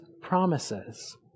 promises